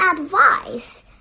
advice